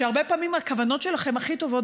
שהרבה פעמים הכוונות שלכם הכי טובות